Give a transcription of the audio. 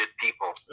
people